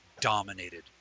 dominated